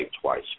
twice